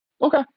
Okay